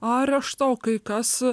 areštą o kai kas